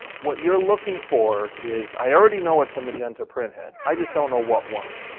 what you're looking for is, i already know it's a magenta printhead. i just don't know what one.